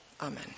Amen